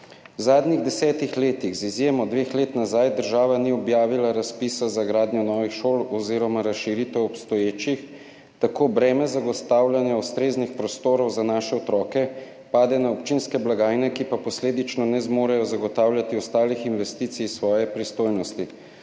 V zadnjih desetih letih, z izjemo dveh let nazaj, država ni objavila razpisa za gradnjo novih šol oziroma razširitev obstoječih, tako breme zagotavljanja ustreznih prostorov za naše otroke pade na občinske blagajne, ki pa posledično ne zmorejo zagotavljati ostalih investicij iz svoje pristojnosti,